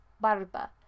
barba